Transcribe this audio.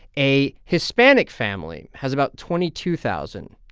a hispanic family has about twenty two thousand.